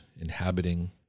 inhabiting